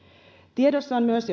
tiedossa on myös